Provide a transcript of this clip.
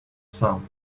some